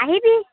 আহিবি